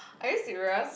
are you serious